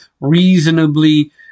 reasonably